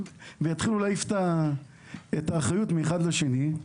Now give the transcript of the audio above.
ויתחילו להעיף את האחריות מן האחד לשני.